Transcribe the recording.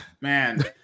man